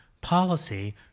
Policy